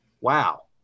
Wow